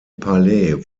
palais